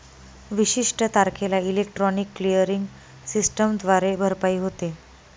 विशिष्ट तारखेला electronic clearing सिस्टमद्वारे भरपाई होते